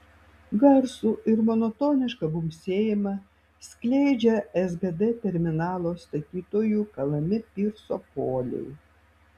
garsų ir monotonišką bumbsėjimą skleidžia sgd terminalo statytojų kalami pirso poliai